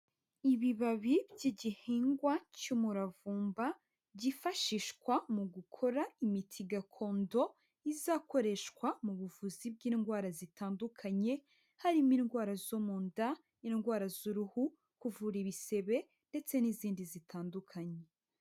Ibibabi by'igihingwa cy'umuravumba, byifashishwa mu gukora imiti gakondo, izakoreshwa mu buvuzi bw'indwara zitandukanye, harimo indwara zo mu nda, indwara z'uruhu, kuvura ibisebe ndetse n'izindi zitandukanye.